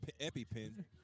EpiPen